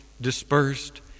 dispersed